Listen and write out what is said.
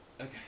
Okay